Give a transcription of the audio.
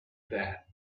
that